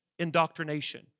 indoctrination